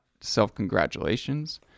self-congratulations